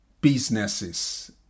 businesses